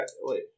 wait